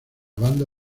banda